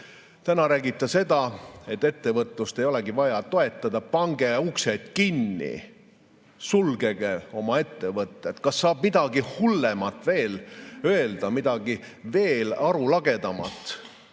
räägib ta seda, et ettevõtlust ei olegi vaja toetada, pange uksed kinni, sulgege oma ettevõtted. Kas saab midagi hullemat veel öelda, midagi veel arulagedamat?